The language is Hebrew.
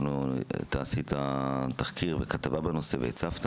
עשית תחקיר וכתבה בנושא והצפת,